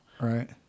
right